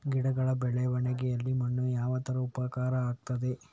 ಗಿಡಗಳ ಬೆಳವಣಿಗೆಯಲ್ಲಿ ಮಣ್ಣು ಯಾವ ತರ ಉಪಕಾರ ಆಗ್ತದೆ?